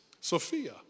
Sophia